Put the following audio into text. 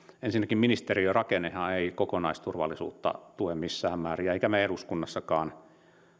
ensinnäkään ministeriörakennehan ei kokonaisturvallisuutta tue missään määrin emmekä me eduskunnassakaan